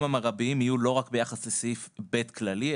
המרביים יהיו לא רק ביחס לסעיף (ב) כללי,